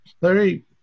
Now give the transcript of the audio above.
Larry